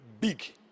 big